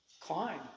climb